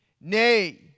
Nay